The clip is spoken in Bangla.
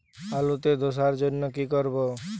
আলুতে ধসার জন্য কি করব?